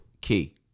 Key